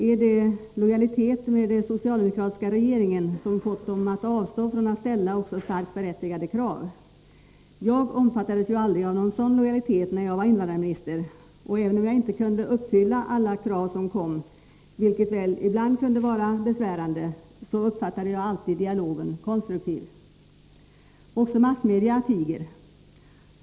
Är det lojalitet med den socialdemokratiska regeringen som fått dem att avstå från att ställa också starkt berättigade krav? Jag omfattades ju aldrig av någon sådan lojalitet när jag var invandrarminister. Även om jag inte kunde uppfylla alla krav som kom, vilket väl ibland kunde vara besvärande, så uppfattade jag alltid dialogen som konstruktiv. Också massmedia tiger.